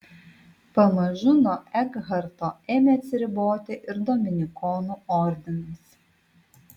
pamažu nuo ekharto ėmė atsiriboti ir dominikonų ordinas